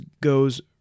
goes